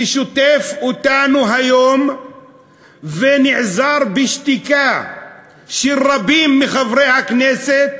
ששוטף אותנו היום ונעזר בשתיקה של רבים מחברי הכנסת,